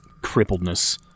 crippledness